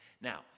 Now